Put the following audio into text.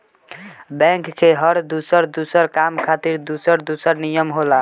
bank के हर दुसर दुसर काम खातिर दुसर दुसर नियम होला